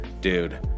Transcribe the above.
Dude